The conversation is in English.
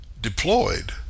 deployed